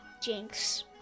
Jinx